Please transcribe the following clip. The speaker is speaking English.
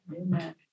Amen